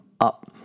up